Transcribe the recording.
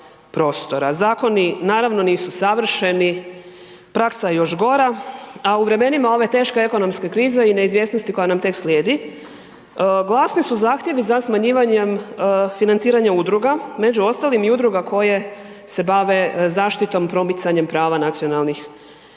Zakoni naravno nisu savršeni, praksa je još gora, a u vremenima ove teške ekonomske krize i neizvjesnosti koja nam tek slijedi glasni su zahtjevi za smanjivanjem financiranja udruga, među ostalim i udruga koje se bave zaštitom i promicanjem prava nacionalnih manjina.